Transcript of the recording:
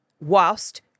whilst